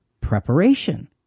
preparation